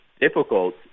difficult